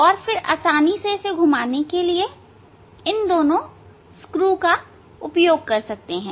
और फिर आसानी से घुमाने के लिए आप इन दोनों स्क्रू का उपयोग कर सकते हैं